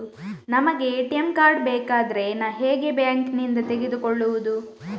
ನಮಗೆ ATM card ಬೇಕಾದ್ರೆ ಹೇಗೆ ಬ್ಯಾಂಕ್ ನಿಂದ ತೆಗೆದುಕೊಳ್ಳುವುದು?